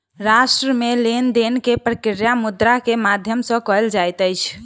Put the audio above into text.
राष्ट्र मे लेन देन के प्रक्रिया मुद्रा के माध्यम सॅ कयल जाइत अछि